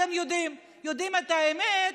אתם יודעים את האמת,